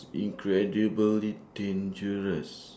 incredibly dangerous